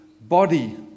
body